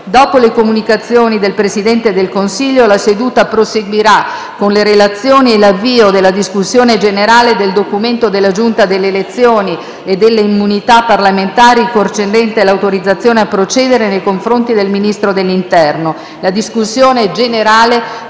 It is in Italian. Dopo le comunicazioni del Presidente del Consiglio la seduta proseguirà con le relazioni e l'avvio della discussione generale del documento della Giunta delle elezioni e delle immunità parlamentari concernente l'autorizzazione a procedere nei confronti del Ministro dell'interno.